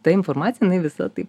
ta informacija jinai visa tai